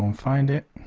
um find it